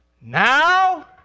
now